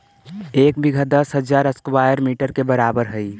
एक बीघा दस हजार स्क्वायर मीटर के बराबर हई